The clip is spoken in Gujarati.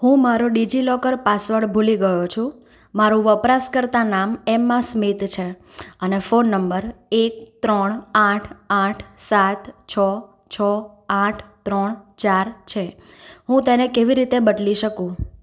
હું મારો ડિજિલોકર પાસવર્ડ ભૂલી ગયો છું મારું વપરાશકર્તા નામ એમ્મા સ્મિથ છે અને ફોન નંબર એક ત્રણ આઠ આઠ સાત છ છ આઠ ત્રણ ચાર છે હું તેને કેવી રીતે બદલી શકું